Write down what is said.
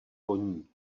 koní